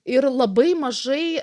ir labai mažai